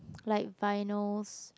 like vinyls